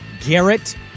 Garrett